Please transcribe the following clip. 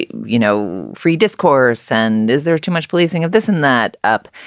you know, free discourse? and is there too much policing of this and that up?